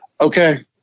okay